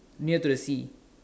near to the sea